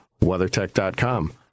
WeatherTech.com